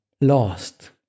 lost